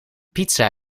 pizza